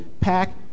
pack